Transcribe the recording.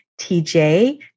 TJ